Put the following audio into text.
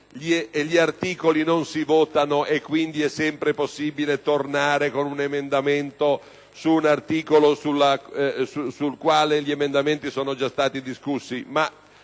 gli articoli non si votano e quindi è sempre possibile tornare con un emendamento su un articolo le cui proposte di modifica sono già state discusse,